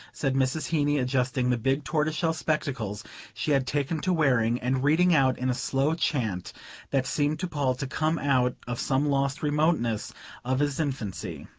said mrs. heeny, adjusting the big tortoiseshell spectacles she had taken to wearing, and reading out in a slow chant that seemed to paul to come out of some lost remoteness of his infancy.